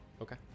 okay